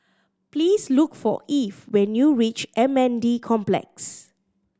please look for Eve when you reach M N D Complex